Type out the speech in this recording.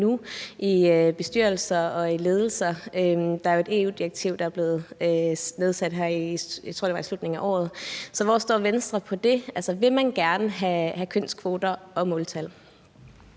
i bestyrelser og ledelser. Der er et EU-direktiv, der er blevet vedtaget her. Jeg tror, det var i slutningen af året. Så hvor står Venstre på det? Altså, vil man gerne have kønskvoter og måltal?